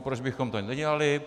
Proč bychom to nedělali?